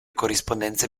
corrispondenza